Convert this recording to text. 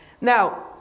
now